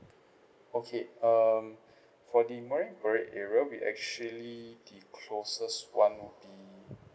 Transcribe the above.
okay um for the marine parade area we actually the closest one would be